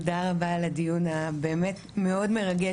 תודה רבה על הדיון הבאמת מאוד מרגש,